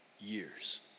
years